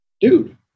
dude